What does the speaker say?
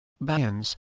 bands